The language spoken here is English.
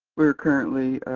we are currently